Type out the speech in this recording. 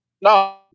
No